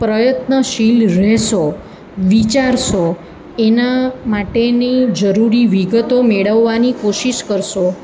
પ્રયત્નશીલ રહેશો વિચારશો એના માટેની જરૂરી વિગતો મેળવવાની કોશિશ કરશો